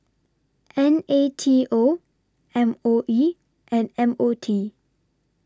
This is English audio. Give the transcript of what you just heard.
N A T O M O E and M O T